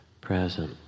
present